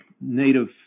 Native